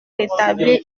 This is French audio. rétablir